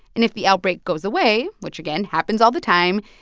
and if the outbreak goes away, which, again, happens all the time,